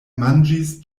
manĝis